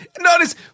notice